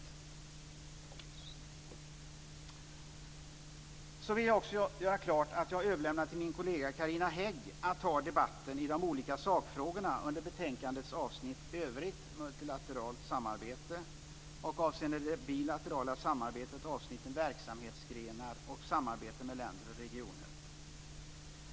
Jag vill också göra klart att jag överlämnar till min kollega Carina Hägg att ta debatten i de olika sakfrågorna under betänkandets avsnitt Övrigt multilateralt samarbete och avseende det bilaterala samarbetet avsnitten Verksamhetsgrenar och Samarbete med länder och regioner.